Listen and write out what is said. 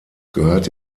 gehört